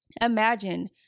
Imagine